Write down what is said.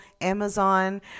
Amazon